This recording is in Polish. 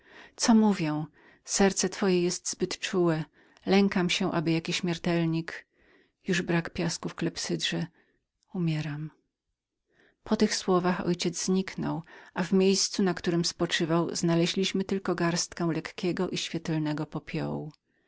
co mówię serce twoje jest zbyt czułem lękam się aby jaki śmiertelnik już brak piasku w klepsydrze umieram po tych słowach mój ojciec zemdlał i w jednej chwili w miejscu na którem spoczywał znaleźliśmy tylko garstkę lekkiego i świetlnego popiołu